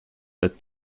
led